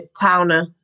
Towner